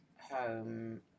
home